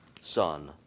Son